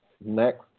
next